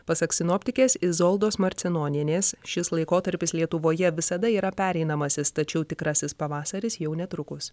pasak sinoptikės izoldos marcinonienės šis laikotarpis lietuvoje visada yra pereinamasis tačiau tikrasis pavasaris jau netrukus